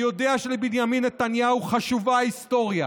אני יודע שלבנימין נתניהו חשובה ההיסטוריה,